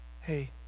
Hey